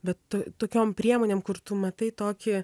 bet tokiom priemonėm kur tu matai tokį